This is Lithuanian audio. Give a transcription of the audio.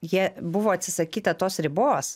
jie buvo atsisakyta tos ribos